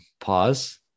pause